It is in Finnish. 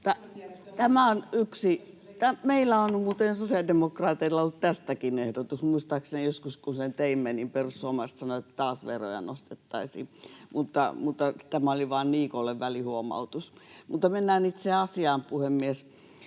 välihuuto] — Meillä sosiaalidemokraateilla on muuten ollut tästäkin ehdotus. Muistaakseni joskus, kun sen teimme, niin perussuomalaiset sanoivat, että taas veroja nostettaisiin. — Mutta tämä oli vain Niikolle välihuomautus. Mennään itse asiaan, puhemies.